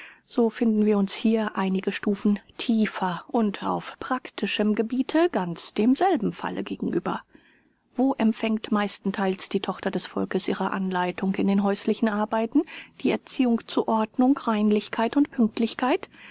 so finden wir uns hier einige stufen tiefer und auf practischem gebiete ganz demselben falle gegenüber wo empfängt meistentheils die tochter des volkes ihre anleitung in den häuslichen arbeiten die erziehung zur ordnung reinlichkeit und pünktlichkeit